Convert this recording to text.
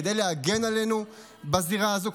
כדי להגן עלינו בזירה הזו,